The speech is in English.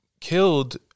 killed